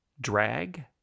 drag